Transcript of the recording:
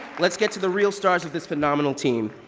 let's get to the real stars of this phenomenal team.